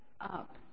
up